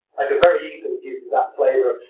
i could very easily give you that flavour of,